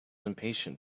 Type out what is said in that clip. impatient